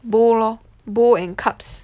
bowl lor bowl and cups